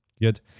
Good